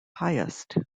highest